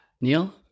Neil